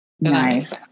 nice